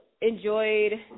enjoyed